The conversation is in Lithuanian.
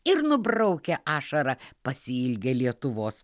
ir nubraukia ašarą pasiilgę lietuvos